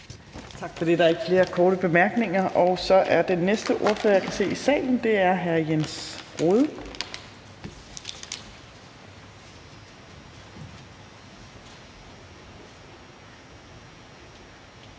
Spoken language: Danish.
Tak for det. Der er ikke flere korte bemærkninger. Den næste ordfører, jeg kan se i salen, er hr. Jens Rohde